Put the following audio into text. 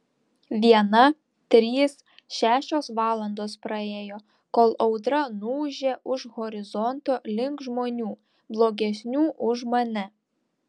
viena trys šešios valandos praėjo kol audra nuūžė už horizonto link žmonių blogesnių už mane